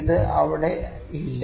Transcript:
ഇത് അവിടെ ഇല്ല